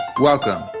Welcome